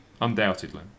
Undoubtedly